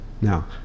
Now